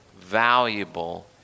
valuable